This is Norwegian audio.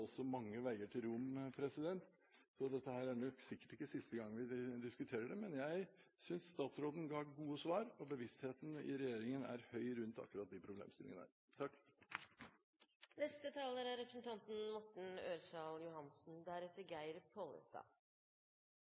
også mange veier til Rom. Så dette er nok sikkert ikke siste gang vi diskuterer dette. Men jeg synes statsråden ga gode svar, og bevisstheten i regjeringen er høy rundt akkurat disse problemstillingene.